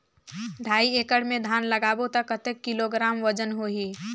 ढाई एकड़ मे धान लगाबो त कतेक किलोग्राम वजन होही?